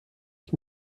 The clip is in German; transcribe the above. ich